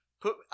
Put